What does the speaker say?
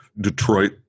Detroit